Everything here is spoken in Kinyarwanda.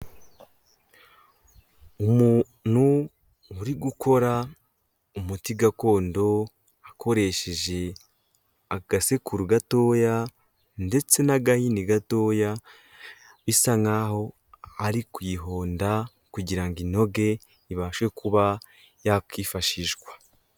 Umuntu uri gukora umuti gakondo akoresheje agasekuru gatoya ndetse n'agahini gatoya, bisa nkaho ari kuyihonda kugira ngo inoge ibashe kuba yakwifashishwa.